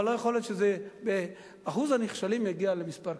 אבל לא יכול להיות שאחוז הנכשלים יגיע למספר כזה.